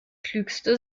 klügste